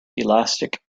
elastic